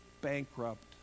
bankrupt